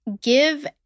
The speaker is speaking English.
give